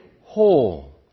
whole